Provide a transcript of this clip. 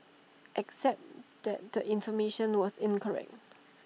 except that the information was incorrect